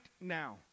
now